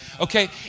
Okay